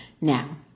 Now